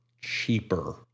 cheaper